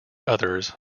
others